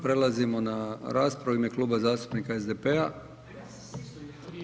Prelazimo na raspravu u ime Kluba zastupnika SDP-a.